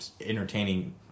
entertaining